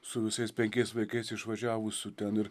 su visais penkiais vaikais išvažiavusių ten ir